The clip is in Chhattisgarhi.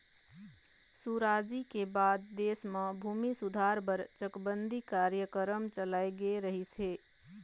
सुराजी के बाद देश म भूमि सुधार बर चकबंदी कार्यकरम चलाए गे रहिस हे